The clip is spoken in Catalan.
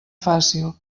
fàcil